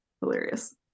hilarious